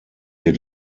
wir